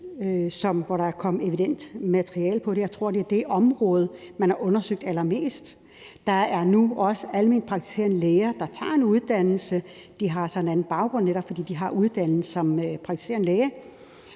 hvor der er kommet evident materiale på det. Jeg tror, det er det område, man har undersøgt allermest. Der er nu også almenpraktiserende læger, der tager en uddannelse. De har så en anden baggrund, netop fordi de har uddannet sig som praktiserende læge